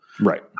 Right